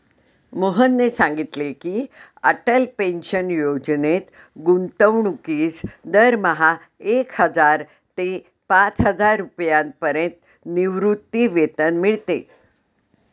मोहनने सांगितले की, अटल पेन्शन योजनेत गुंतवणूकीस दरमहा एक हजार ते पाचहजार रुपयांपर्यंत निवृत्तीवेतन मिळते